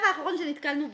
בצו האחרון שנתקלנו בו,